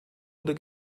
oder